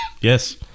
yes